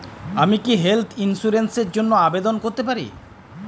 আমি কি health insurance র জন্য আবেদন করতে পারি?